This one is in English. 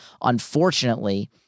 unfortunately